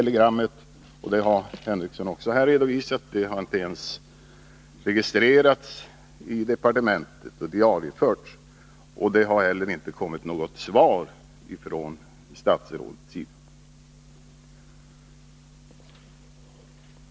Såsom Sven Henricsson här har redovisat har det telegrammet inte ens registrerats eller diarieförts i departementet, och det har inte heller kommit något svar från statsrådet.